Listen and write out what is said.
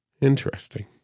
Interesting